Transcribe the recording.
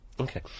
Okay